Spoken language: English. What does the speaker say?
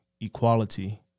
equality